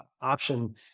option